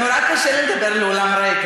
נורא קשה לי לדבר לאולם ריק,